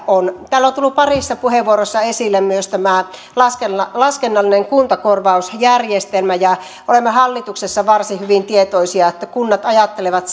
on täällä on tullut parissa puheenvuorossa esille myös tämä laskennallinen laskennallinen kuntakorvausjärjestelmä olemme hallituksessa varsin hyvin tietoisia että kunnat ajattelevat